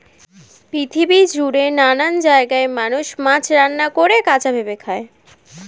পৃথিবী জুড়ে নানান জায়গায় মানুষ মাছ রান্না করে, কাঁচা ভাবে খায়